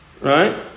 right